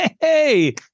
Hey